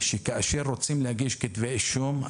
שכאשר רוצים להגיש כתבי אישום,